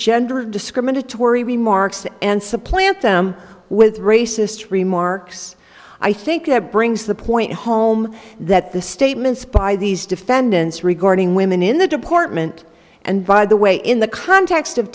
gender of discriminatory remarks and supplant them with racist remarks i think that brings the point home that the statements by these defendants regarding women in the department and by the way in the context of